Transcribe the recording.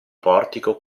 portico